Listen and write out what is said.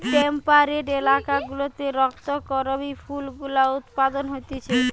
temperate এলাকা গুলাতে রক্ত করবি ফুল গুলা উৎপাদন হতিছে